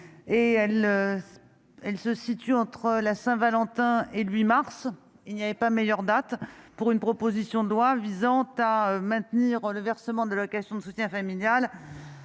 elle se situe entre la Saint-Valentin et le 8 mars il n'y avait pas meilleure date pour une proposition de loi visant à maintenir le versement de location de soutien familial